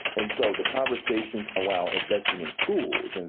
and so the conversations around investing in schools, and